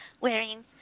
wearing